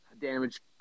damage